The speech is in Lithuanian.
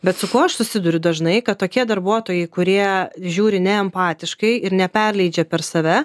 bet su kuo aš susiduriu dažnai kad tokie darbuotojai kurie žiūri ne empatiškai ir neperleidžia per save